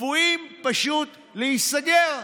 צפויים פשוט להיסגר.